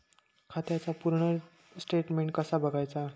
खात्याचा पूर्ण स्टेटमेट कसा बगायचा?